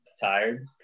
tired